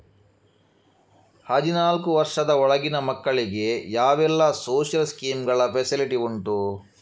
ಹದಿನಾಲ್ಕು ವರ್ಷದ ಒಳಗಿನ ಮಕ್ಕಳಿಗೆ ಯಾವೆಲ್ಲ ಸೋಶಿಯಲ್ ಸ್ಕೀಂಗಳ ಫೆಸಿಲಿಟಿ ಉಂಟು?